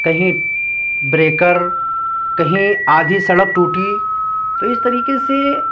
کہیں بریکر کہیں آدھی سڑک ٹوٹی تو اس طریقے سے